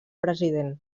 president